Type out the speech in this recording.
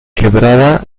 quebrada